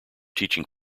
teaching